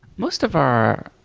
most of our